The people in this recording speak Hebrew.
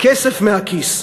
כסף מהכיס.